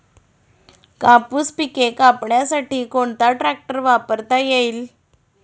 कापूस पिके कापण्यासाठी कोणता ट्रॅक्टर वापरता येईल?